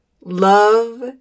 Love